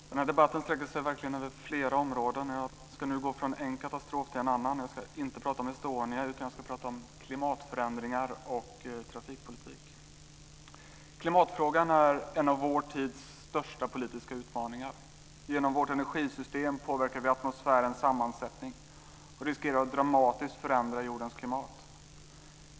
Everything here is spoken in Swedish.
Fru talman! Den här debatten sträcker sig verkligen över flera områden. Jag ska nu gå från en katastrof till en annan. Jag ska inte tala om Estonia utan om klimatförändringar och trafikpolitik. Klimatfrågan är en av vår tids största politiska utmaningar. Genom vårt energisystem påverkar vi atmosfärens sammansättning och riskerar att dramatiskt förändra jordens klimat.